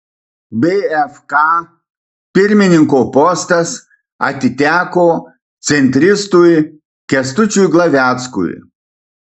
bfk pirmininko postas atiteko centristui kęstučiui glaveckui